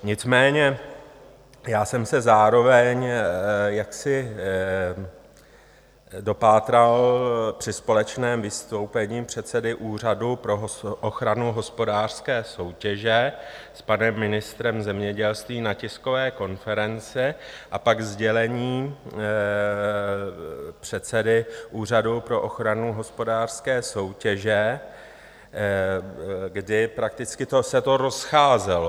Nicméně já jsem se zároveň dopátral při společném vystoupení předsedy Úřadu pro ochranu hospodářské soutěže s panem ministrem zemědělství na tiskové konferenci a pak sdělení předsedy Úřadu pro ochranu hospodářské soutěže, kdy se to rozcházelo.